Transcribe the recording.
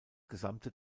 gesamte